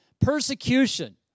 Persecution